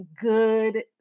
good